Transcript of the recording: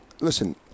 listen